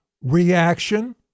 reaction